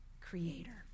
creator